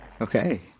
Okay